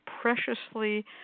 preciously